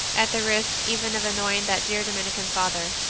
at the risk even of annoying that dear dominican father.